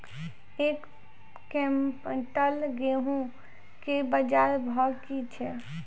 एक क्विंटल गेहूँ के बाजार भाव की छ?